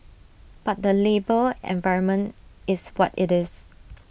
but the labour environment is what IT is